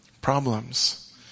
problems